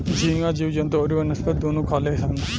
झींगा जीव जंतु अउरी वनस्पति दुनू खाले सन